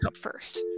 first